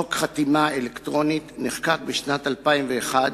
חוק חתימה אלקטרונית נחקק בשנת 2001,